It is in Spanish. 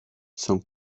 son